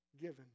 given